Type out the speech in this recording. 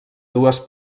dues